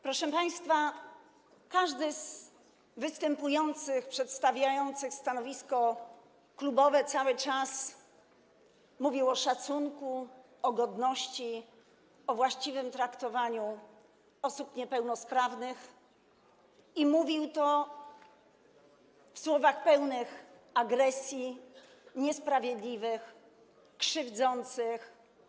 Proszę państwa, każdy z występujących przedstawiających stanowisko klubowe cały czas mówił o szacunku, o godności, o właściwym traktowaniu osób niepełnosprawnych i mówił to w słowach pełnych agresji, niesprawiedliwych, krzywdzących.